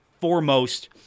foremost